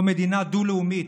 או מדינה דו-לאומית,